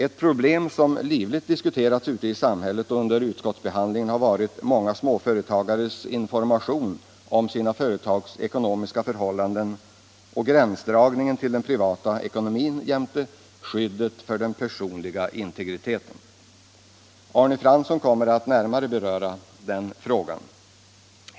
Ett problem som livligt diskuterats ute i samhället och under utskousbehandlingen har varit många småföretagares information om sina företags ekonomiska förhållanden och gränsdragningen till den privata ekonomin samt skyddet för den personliga integriteten. Arne Fransson kommer att närmare beröra den frågan.